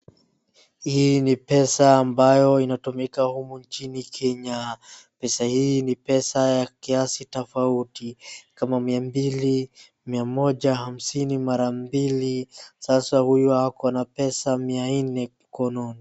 Hii ni pesa ambayo inatumika humu nchini Kenya. Pesa hii ni pesa ya kiasi tofauti, kama mia mbili, mia moja, hamsini mara mbili. Sasa huyu akona pesa mia nne mkononi.